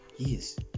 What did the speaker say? Yes